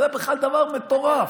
זה בכלל דבר מטורף.